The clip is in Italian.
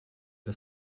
the